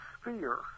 sphere